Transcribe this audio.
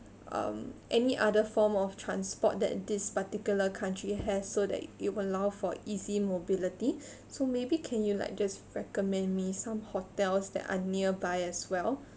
um any other form of transport that this particular country has so that it will allow for easy mobility so maybe can you like just recommend me some hotels that are nearby as well